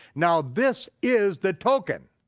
now, this is the token.